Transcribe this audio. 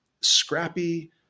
scrappy